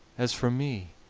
as for me,